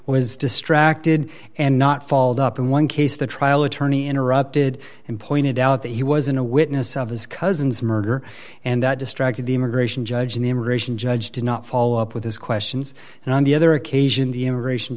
was distracted and not fault up in one case the trial attorney interrupted and pointed out that he was in a witness of his cousin's murder and that distracted the immigration judge the immigration judge did not follow up with his questions and on the other occasion the immigration